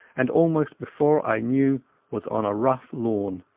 and almost before i knew was on a rough lawn.